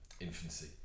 infancy